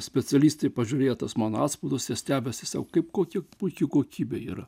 specialistai pažiūrėjo tuos mano atspaudus jie stebisi sako kaip kokia puiki kokybė ir